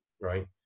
right